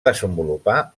desenvolupar